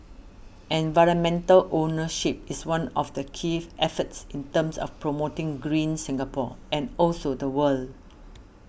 environmental ownership is one of the key efforts in terms of promoting green Singapore and also the world